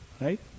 right